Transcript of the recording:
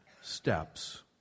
steps